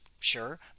Sure